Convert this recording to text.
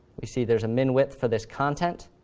we see there's a min-width for this content,